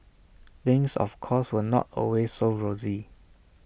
things of course were not always as rosy